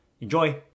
Enjoy